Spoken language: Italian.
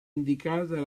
indicata